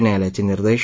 न्यायालयाचे निर्देश